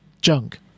junk